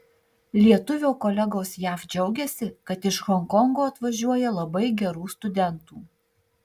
lietuvio kolegos jav džiaugiasi kad iš honkongo atvažiuoja labai gerų studentų